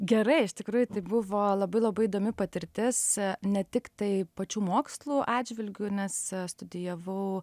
gerai iš tikrųjų tai buvo labai labai įdomi patirtis ne tik tai pačių mokslų atžvilgiu nes studijavau